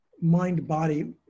mind-body